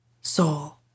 soul